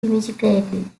immigration